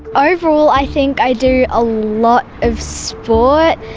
overall i think i do a lot of sport,